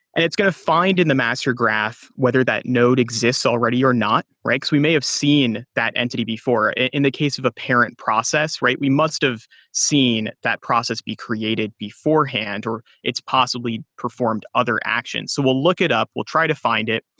and it's going to find in the master graph whether that node exists already or not. because we may have seen that entity before in the case of a parent process, right? we must've seen that process be created beforehand or it's possibly performed other actions. so we'll look it up. we'll try to find it.